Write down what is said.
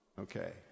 Okay